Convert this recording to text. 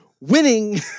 Winning